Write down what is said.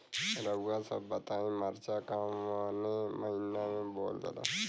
रउआ सभ बताई मरचा कवने महीना में बोवल जाला?